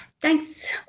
Thanks